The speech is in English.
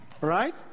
Right